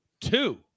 two